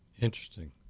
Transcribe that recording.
Interesting